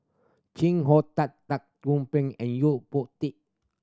Chee Hong Tat and Yo Po Tee